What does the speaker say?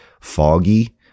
foggy